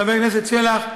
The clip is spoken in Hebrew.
חבר הכנסת שלח,